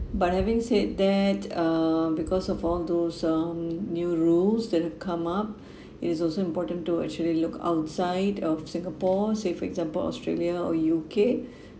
but having said that uh because of all those um new rules that have come up it's also important to actually look outside of singapore say for example australia or U_K